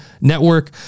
Network